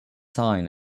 sign